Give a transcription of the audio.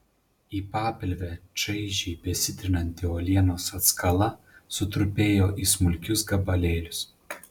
į papilvę čaižiai besitrinanti uolienos atskala sutrupėjo į smulkius gabalėlius